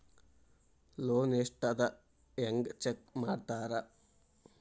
loan ಎಷ್ಟ್ ಅದ ಹೆಂಗ್ ಚೆಕ್ ಮಾಡ್ತಾರಾ